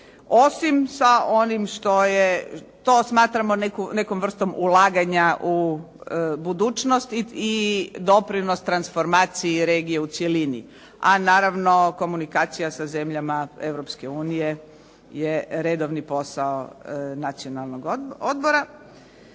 osim sa onim što je, to smatramo nekom vrstom ulaganja u budućnost i doprinos transformaciji regije u cjelini a naravno komunikacija sa zemljama Europske unije je redovni posao Nacionalnog odbora.